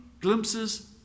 glimpses